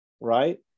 Right